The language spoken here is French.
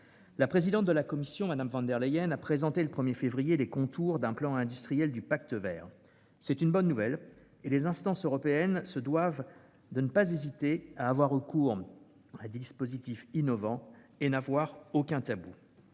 La présidente de la Commission européenne, Mme von der Leyen, a présenté le 1 février les contours d'un plan industriel, dit Pacte vert. C'est une bonne nouvelle, et les instances européennes ne doivent pas hésiter à avoir recours à des dispositifs innovants : nous ne devons avoir aucun tabou.